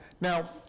now